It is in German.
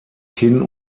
kinn